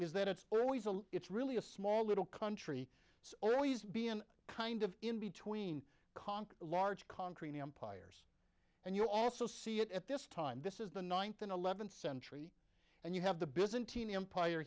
is that it's always a it's really a small little country it's always be an kind of in between conquer a large concrete empires and you also see it at this time this is the ninth and eleventh century and you have the byzantine empire